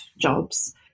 jobs